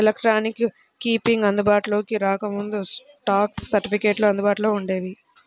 electronic keeping అందుబాటులోకి రాకముందు, stock సర్టిఫికెట్లు అందుబాటులో వుండేవి